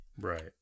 Right